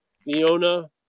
Fiona